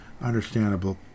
understandable